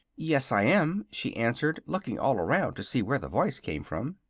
yes, i am, she answered, looking all around to see where the voice came from.